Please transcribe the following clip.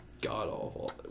god-awful